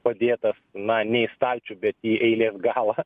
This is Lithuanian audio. padėtas na ne į stalčių bet į eilės galą